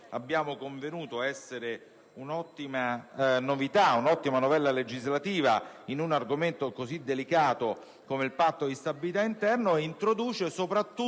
abbiamo convenuto essere un'ottima novella legislativa in un argomento così delicato come il Patto di stabilità interno, che introduce soprattutto